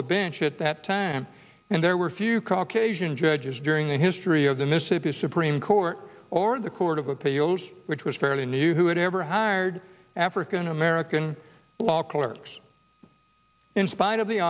the bench at that time and there were few caucasian judges during the history of the mississippi supreme court or the court of appeals which was fairly new who had ever hired african american law clerks in spite of the